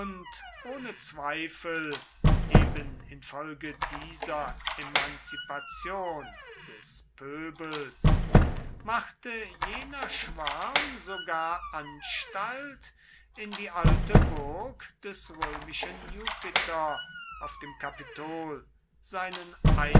ohne zweifel eben infolge dieser emanzipation des pöbels machte jener schwarm sogar anstalt in die alte burg des römischen jupiter auf dem kapitol seinen